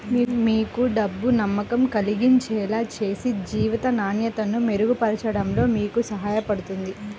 మీకు డబ్బు నమ్మకం కలిగించేలా చేసి జీవిత నాణ్యతను మెరుగుపరచడంలో మీకు సహాయపడుతుంది